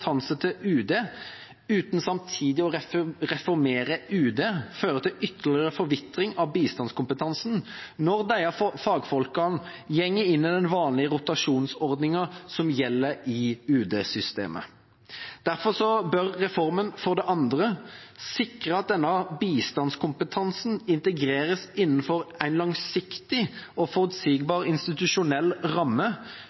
kompetanse til UD, uten samtidig å reformere UD, føre til ytterligere forvitring av bistandskompetansen, når disse fagfolkene går inn i den vanlige rotasjonsordningen som gjelder i UD-systemet. Derfor bør reformen for det andre sikre at denne bistandskompetansen integreres innenfor en langsiktig og